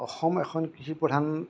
অসম এখন কৃষিপ্ৰধান